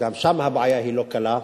וגם שם הבעיה היא לא קלה.